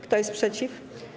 Kto jest przeciw?